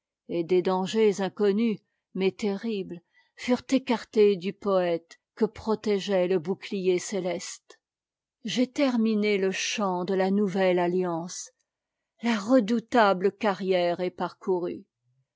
et des dangers inconnus mais terribles furent écartés du poëte que protégeait le bouclier cé este j'ai terminé le chant de la nouvelle alliance la redoutable carrière est parcourue